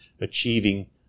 achieving